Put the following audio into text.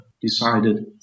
decided